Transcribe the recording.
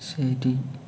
ശരി